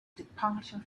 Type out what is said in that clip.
departure